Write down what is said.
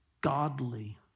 Godly